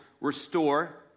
restore